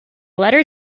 letter